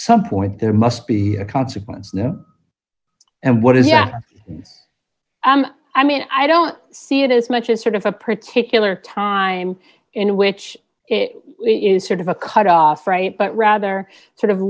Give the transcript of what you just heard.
some point there must be a consequence now and what is yeah i mean i don't see it as much as sort of a particular time in which it is sort of a cut off right but rather sort of